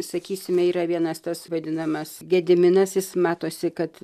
sakysime yra vienas tas vadinamas gediminas jis matosi kad